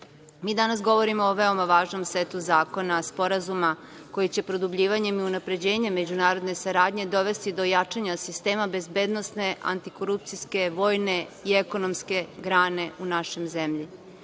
mi danas govorimo o veoma važnom setu zakona, sporazuma koji će produbljivanjem i unapređenjem međunarodne saradnje dovesti do jačanja sistema bezbednosne, antikorupcijske, vojne i ekonomske grane u našoj zemlji. Kada